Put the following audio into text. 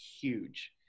huge